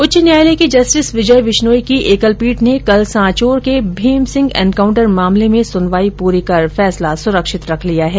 उच्च न्यायालय के जस्टिस विजय विश्नोई की एकलपीठ ने कल सांचौर के भीमसिंह एनकाउंटर मामले में सुनवाई पूरी कर फैसला सुरक्षित रख लिया है